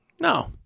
No